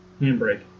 handbrake